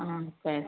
ஆ சரி